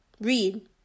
Read